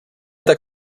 tak